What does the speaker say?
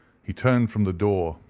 he turned from the door,